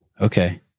Okay